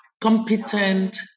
competent